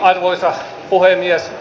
arvoisa puhemies